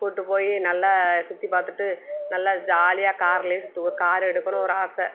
கூட்டி போய் நல்லா சுற்றி பார்த்துட்டு நல்லா ஜாலியாக கார்லேயே சுற்றுவோம் காரு எடுக்கணும் ஒரு ஆசை